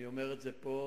אני אומר את זה פה,